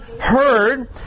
heard